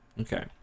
Okay